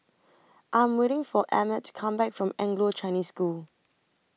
I Am waiting For Emmett to Come Back from Anglo Chinese School